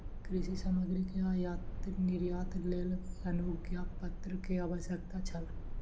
कृषि सामग्री के आयात निर्यातक लेल अनुज्ञापत्र के आवश्यकता छल